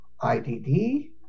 IDD